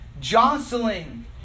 jostling